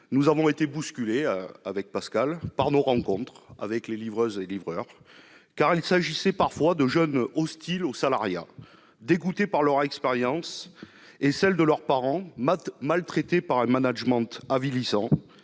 avons été bousculés par nos rencontres avec les livreuses et les livreurs, car il s'agissait parfois de jeunes hostiles au salariat, dégoûtés par leur expérience et par celle de leurs parents, maltraités par un management avilissant,